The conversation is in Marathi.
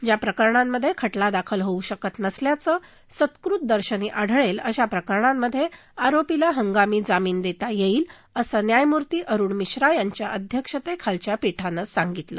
ज्या प्रकरणांमध्ये खटला दाखल होऊ शकत नसल्याचं सकृतदर्शनी आढळेल अशाच प्रकरणांमध्ये आरोपीला हंगामी जामीन देता येईल असं न्याययमूर्ती अरूण मिश्रा यांच्या अध्यक्षतेखालच्या पीठानं सांगितलं